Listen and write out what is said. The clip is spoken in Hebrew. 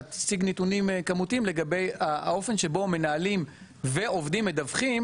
להציג נתונים כמותיים לגבי האופן שבו מנהלים ועובדים מדווחים